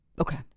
Okay